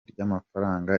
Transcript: ry’amafaranga